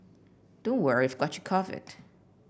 don't worry we've got you covered